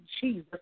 Jesus